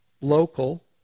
local